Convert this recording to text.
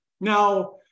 Now